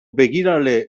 begirale